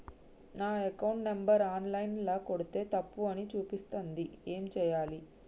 నా account number online ల కొడ్తే తప్పు అని చూపిస్తాంది ఏం చేయాలి?